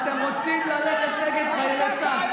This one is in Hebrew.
אתם רוצים ללכת נגד חיילי צה"ל.